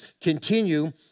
continue